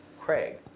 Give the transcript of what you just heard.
Craig